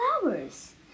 flowers